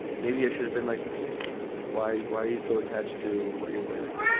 maybe i should have been like, who cares? like, why? why are you so attached to what you're wearing?